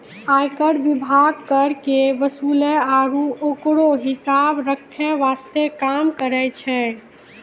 आयकर विभाग कर के वसूले आरू ओकरो हिसाब रख्खै वास्ते काम करै छै